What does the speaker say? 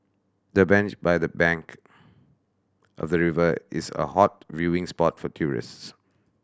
the bench by the bank of the river is a hot viewing spot for tourists